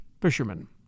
fishermen